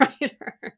writer